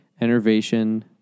enervation